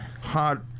hot